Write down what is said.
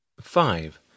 Five